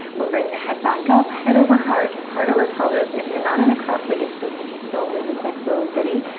we'll bring the head back up. head over heart, heart over pelvis. if you're not in a cross-legged seat you can still do this next little ditty.